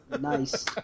Nice